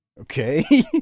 Okay